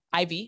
IV